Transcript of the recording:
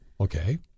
Okay